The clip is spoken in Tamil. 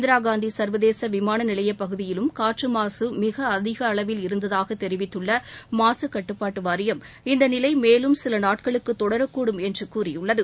இந்திராகாந்தி சள்வதேச விமான நிலைய பகுதியிலும் காற்று மாசு மிக அளவில் இருந்ததாக தெரிவித்துள்ள மாக கட்டுப்பாட்டு வாரியம் இந்த நிலை மேலும் சில நாட்களுக்கு தொடரக்கூடும் என்று கூறியுள்ளது